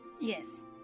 Yes